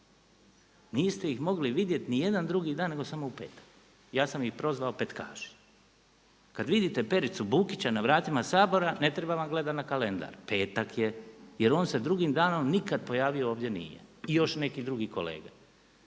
Niste ih mogli vidjeti niti jedan drugi dan nego samo u petak. Ja sam ih prozvao petkaši. Kada vidite Pericu Bukića na vratima Sabora, ne treba vam gledati na kalendar, petak je, je on se drugim danom nikada pojavio ovdje nije. I još neki drugi kolega.